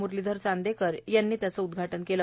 मुरलीधर चांदेकर यांनी त्याचे उद्घाटन केले